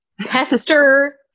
Pester